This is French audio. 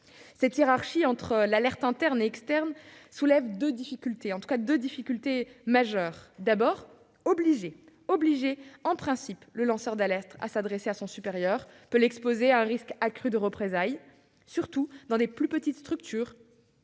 telle hiérarchie entre l'alerte interne et externe soulève deux difficultés majeures. D'abord, obliger en principe le lanceur d'alerte à s'adresser à son supérieur peut l'exposer à un risque accru de représailles, surtout dans les petites structures.